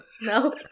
no